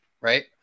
Right